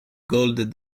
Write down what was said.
gold